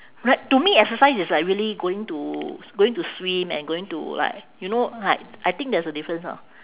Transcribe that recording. right to me exercise is like really going to going to swim and going to like you know like I think there's a difference orh